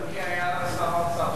אם כי היה לנו שר אוצר,